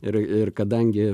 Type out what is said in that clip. ir ir kadangi